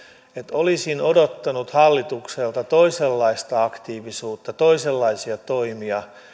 olisin odottanut hallitukselta toisenlaista aktiivisuutta toisenlaisia toimia